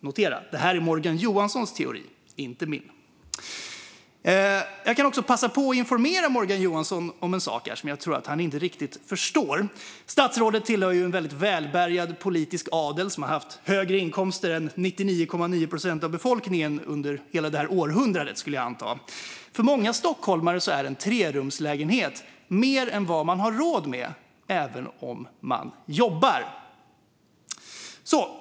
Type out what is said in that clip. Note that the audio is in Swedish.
Notera: Det här är Morgan Johanssons teori, inte min. Jag kan också passa på att informera Morgan Johansson om en sak som jag tror att han inte riktigt förstår. Statsrådet tillhör ju en väldigt välbärgad politisk adel som har haft högre inkomster än 99,9 procent av befolkningen under hela detta århundrade, skulle jag anta. För många stockholmare är en trerumslägenhet mer än vad man har råd med, även om man jobbar.